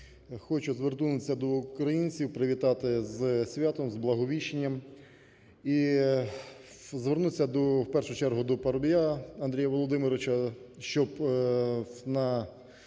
Хочу звернутися до українців, привітати зі святом з Благовіщенням і звернутися до, в першу чергу, до Парубія Андрія Володимировича, щоб в